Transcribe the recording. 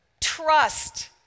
trust